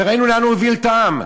וראינו לאן הוא הוביל את העם.